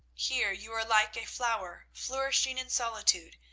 here you are like a flower flourishing in solitude,